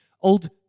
Old